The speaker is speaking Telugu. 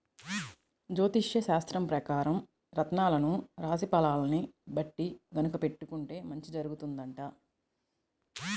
జ్యోతిష్యశాస్త్రం పెకారం రత్నాలను రాశి ఫలాల్ని బట్టి గనక పెట్టుకుంటే మంచి జరుగుతుందంట